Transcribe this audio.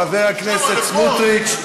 חבר הכנסת סמוּטריץ.